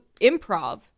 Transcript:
improv